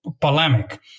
polemic